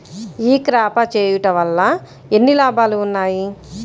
ఈ క్రాప చేయుట వల్ల ఎన్ని లాభాలు ఉన్నాయి?